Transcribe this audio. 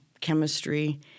chemistry